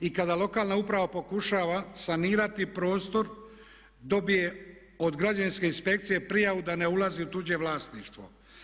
I kada lokalna uprava pokušava sanirati prostor dobije od građevinske inspekcije prijavu da ne ulazi u tuđe vlasništvo.